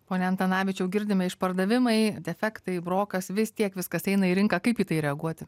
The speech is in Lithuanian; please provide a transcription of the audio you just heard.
pone antanavičiau girdime išpardavimai defektai brokas vis tiek viskas eina į rinką kaip į tai reaguoti